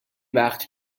وقت